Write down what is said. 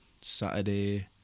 Saturday